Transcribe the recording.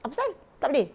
apasal tak boleh